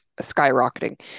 skyrocketing